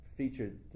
featured